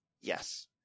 Yes